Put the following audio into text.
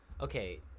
Okay